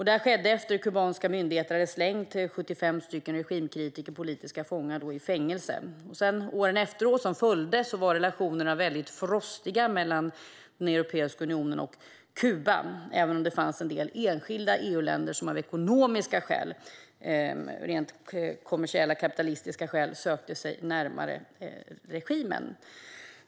Det skedde efter att kubanska myndigheter hade slängt 75 regimkritiker i fängelse som politiska fångar. Åren som följde var relationerna frostiga mellan Europeiska unionen och Kuba även om det fanns enskilda EU-länder som av ekonomiska skäl, rent kommersiella och kapitalistiska skäl, sökte sig närmare regimen.